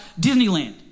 Disneyland